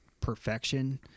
perfection